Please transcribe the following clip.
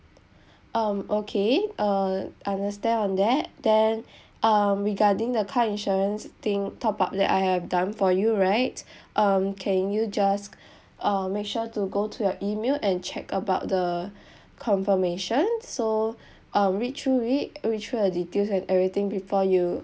um okay uh understand on that then um regarding the car insurance thing top up that I have done for you right um can you just uh make sure to go to your email and check about the confirmation so um read through it read through the details and everything before you